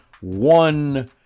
one